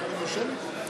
בשמות חברי